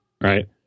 right